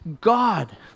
God